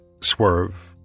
swerve